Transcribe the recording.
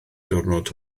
diwrnod